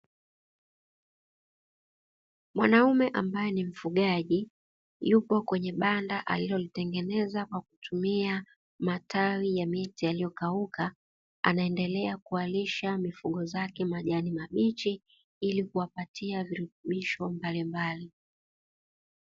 Mwanaume ambaye ni mfugaji yupo kwenye banda alilolitengeneza kwa kutumia matawi ya miti yaliyokauka, anaendelea kuwalisha mifugo zake majani mabichi ili kuwapatia virutubisho mbalimbali.